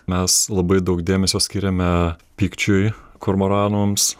mes labai daug dėmesio skiriame pykčiui kormoranams